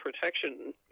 protection